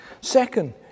Second